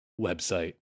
website